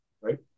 right